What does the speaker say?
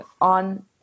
on